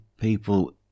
people